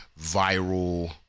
viral